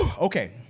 Okay